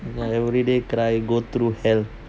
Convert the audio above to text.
ya everyday cry go through hell